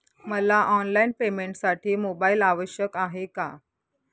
मला ऑनलाईन पेमेंटसाठी मोबाईल आवश्यक आहे का?